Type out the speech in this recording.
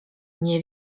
nie